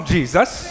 Jesus